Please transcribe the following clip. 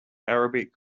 arabic